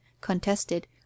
contested